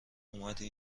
اومدی